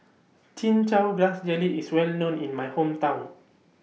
Chin Chow Grass Jelly IS Well known in My Hometown